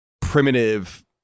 primitive